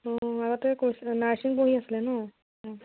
অঁ আগতে কৈছিল নাৰ্ছিং পঢ়ি আছিলে ন অঁ